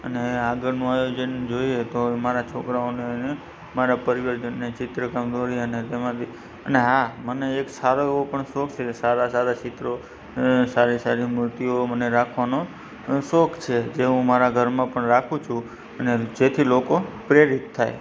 અને આગળનું આયોજન જોઈએ તો મારાં છોકરાઓને અને મારા પરિવારજનને ચિત્રકામ દોરી અને તેમાંથી અને હા મને એક સારો એવો પણ શોખ છે સારાં સારાં ચિત્રો સારી સારી અ મૂર્તિઓ મને રાખવાનો શોખ જે હું મારાં ઘરમાં પણ રાખું છું અને જેથી લોકો પ્રેરિત થાય